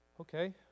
Okay